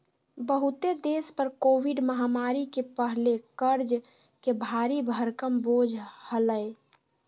बहुते देश पर कोविड महामारी के पहले कर्ज के भारी भरकम बोझ हलय